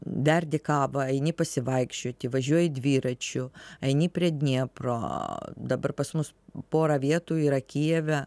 verdi kavą eini pasivaikščioti važiuoji dviračiu eini prie dniepro dabar pas mus pora vietų yra kijeve